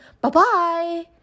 bye-bye